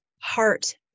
heart